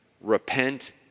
Repent